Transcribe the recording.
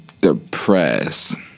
depressed